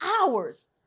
hours